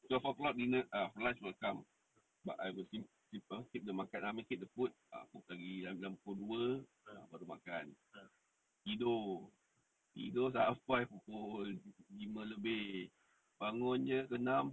twelve o'clock lunch will come I will but I will sim~ I mean keep the food ah pukul dua baru makan tidur tidur sampai pukul lima lebih bangun jer pukul enam